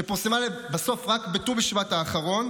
שפורסמה בסוף רק בט"ו בשבט האחרון,